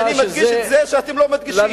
אז אני מדגיש את זה שאתם לא מדגישים.